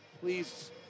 Please